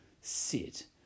sit